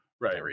Right